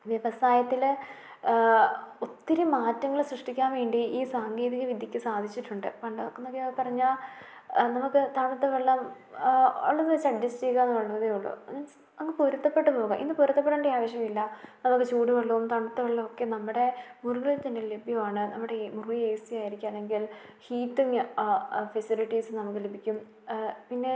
വ്യവസായത്തിൽ ഒത്തിരി മാറ്റങ്ങൾ സൃഷ്ടിക്കാൻ വേണ്ടി ഈ സാങ്കേതിക വിദ്യക്ക് സാധിച്ചിട്ടുണ്ട് പണ്ടൊക്കെയെന്നൊക്കെ പറഞ്ഞാൽ നമുക്ക് തണുത്ത വെള്ളം ഉള്ളത് വെച്ച് അഡ്ജസ്റ്റ് ചെയ്യുകയെന്നുള്ളതേ ഉള്ളൂ മീൻസ് അങ്ങ് പൊരുത്തപ്പെട്ടു പോകാം ഇന്ന് പൊരുത്തപ്പെടേണ്ട ആവശ്യമില്ല നമുക്ക് ചൂട് വെള്ളമോ തണുത്ത വെള്ളവുമൊക്കെ നമ്മുടെ മുറികളിൽ തന്നെ ലഭ്യമാണ് നമ്മുടെ മുറി ഏ സി ആയിരിക്കുകയാണെങ്കിൽ ഹീറ്റിങ് ആ ഫെസിലിറ്റീസ് നമുക്ക് ലഭിക്കും പിന്നെ